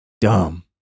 Dumb